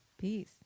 Peace